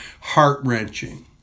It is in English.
heart-wrenching